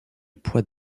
poids